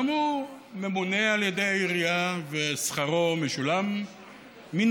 גם הוא ממונה על ידי העירייה ושכרו משולם מן